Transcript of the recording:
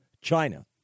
China